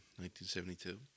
1972